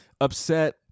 upset